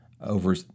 over